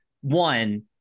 one